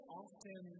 often